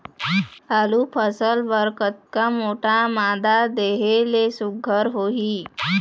आलू फसल बर कतक मोटा मादा देहे ले सुघ्घर होही?